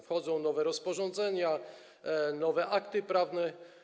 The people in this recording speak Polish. Wchodzą nowe rozporządzenia, nowe akty prawne.